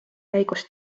käigus